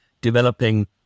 developing